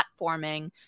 platforming